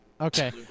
okay